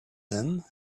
them